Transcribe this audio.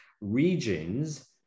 regions